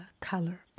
color